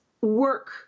work